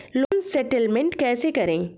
Loan settlement कैसे करें?